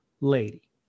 lady